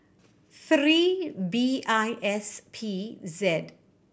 three B I S P Z